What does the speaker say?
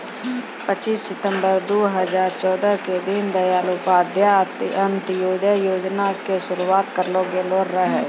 पच्चीस सितंबर दू हजार चौदह के दीन दयाल उपाध्याय अंत्योदय योजना के शुरुआत करलो गेलो रहै